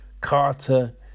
Carter